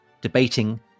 debating